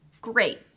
great